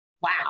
wow